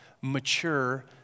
mature